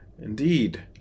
Indeed